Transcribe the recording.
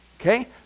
okay